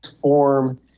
form